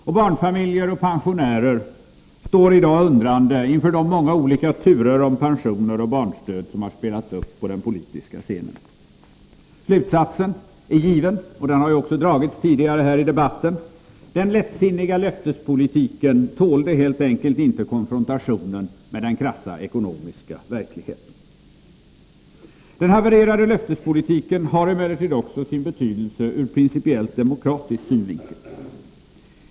Och barnfamiljer och pensionärer står i dag undrande inför de många olika turer om pensioner och barnstöd som spelats upp på den politiska scenen. Slutsatsen är given — den har också dragits tidigare här i debatten: Den lättsinniga löftespolitiken tålde helt enkelt inte konfrontationen med den krassa ekonomiska verkligheten. Den havererade löftespolitiken har emellertid också sin betydelse ur principiellt demokratisk synvinkel.